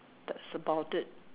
that's about it